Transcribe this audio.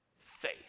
Faith